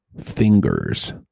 fingers